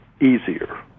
easier